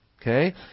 Okay